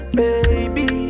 baby